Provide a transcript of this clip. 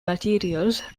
materials